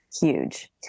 huge